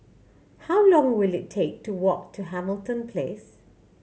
how long will it take to walk to Hamilton Place